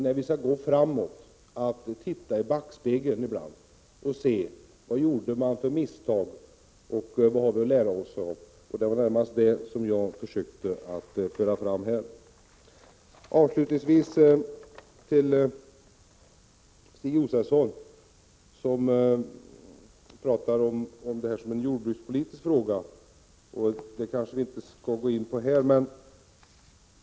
När vi skall gå framåt tror jag det är bra att titta i backspegeln ibland och se vad man gjorde för misstag och vad vi kan lära oss av dem. Det var framför allt detta jag försökte föra fram här. Avslutningsvis till Stig Josefson: Han talar om detta som en jordbrukspolitisk fråga, och det kanske vi inte skall gå in på här.